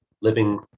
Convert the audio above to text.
living